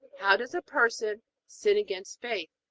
how does a person sin against faith?